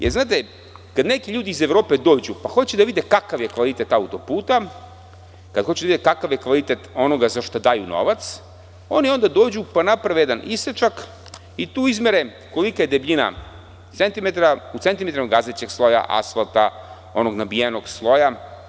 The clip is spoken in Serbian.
Jer, kada neki ljudi iz Evrope dođu i hoće da vide kakav je kvalitet auto-puta, kad hoće da vide kakav je kvalitet onoga za šta daju novac, oni onda dođu pa naprave jedan isečak i tu izmere kolika je debljina u centimetrima gazećeg sloja asfalta, onog nabijenog sloja.